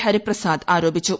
ഹരിപ്രസാദ് ആരോപിച്ചു